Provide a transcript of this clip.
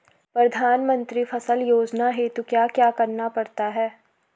प्रधानमंत्री फसल योजना हेतु क्या क्या करना पड़ता है?